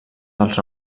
dels